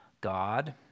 God